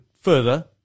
further